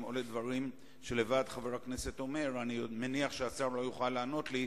או על דברים שחבר הכנסת עצמו אומר: אני מניח שהשר לא יוכל לענות לי,